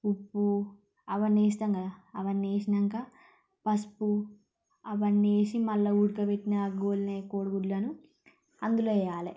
ఉప్పు అవన్నీ వేస్తాం కదా అవన్నీ ఏసినంక పసుపు అవన్నీ వేసి మళ్ళా ఉడకబెట్టిన గోల్ని కోడిగుడ్లను అందులో వేయాలే